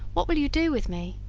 what will you do with me